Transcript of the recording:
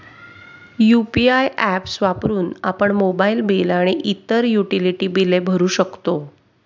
UPI apps वापरून आपण mobile bill आणि इतर युटिलिटी बिले भरू शकतो